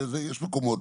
יש מקומות,